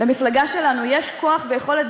למפלגה שלנו יש כוח ויכולת,